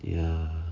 ya